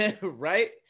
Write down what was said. Right